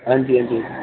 आं जी आं जी